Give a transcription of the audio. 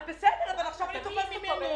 עכשיו אני תופסת אותו.